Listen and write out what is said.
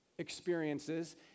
experiences